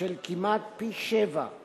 של כמעט פי-שבעה